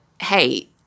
Hey